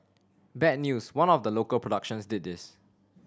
bad news one of the local productions did this